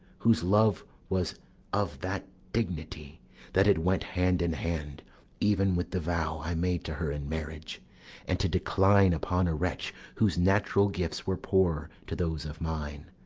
whose love was of that dignity that it went hand in hand even with the vow i made to her in marriage and to decline upon a wretch whose natural gifts were poor to those of mine!